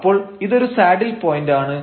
അപ്പോൾ ഇതൊരു saddle point ആണ്